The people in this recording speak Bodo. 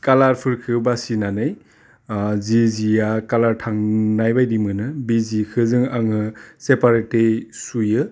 खालारफोरखो बासिनानै ओह जि जिया खालार थांनायबायदि मोनो बे जिखो जों आङो सेफारेटयै सुयो